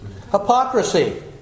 Hypocrisy